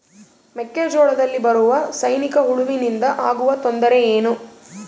ಮೆಕ್ಕೆಜೋಳದಲ್ಲಿ ಬರುವ ಸೈನಿಕಹುಳುವಿನಿಂದ ಆಗುವ ತೊಂದರೆ ಏನು?